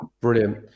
Brilliant